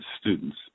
students